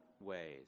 ways